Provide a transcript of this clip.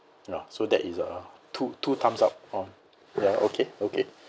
ya so that is uh two two thumbs up on ya okay okay